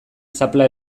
zapla